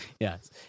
Yes